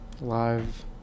Live